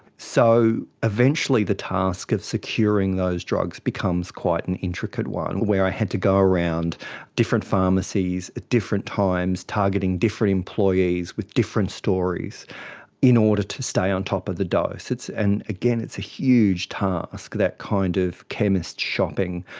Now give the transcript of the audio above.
so eventually the task of securing those drugs becomes quite an intricate one where i had to go around different pharmacies at different times, targeting different employees with different stories in order to stay on top of the doses. and again, it's a huge task, that kind of chemist shopping,